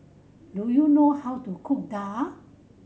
do you know how to cook daal